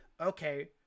okay